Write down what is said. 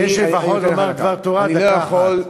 כי יש לי לומר דבר תורה דקה אחת.